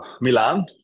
Milan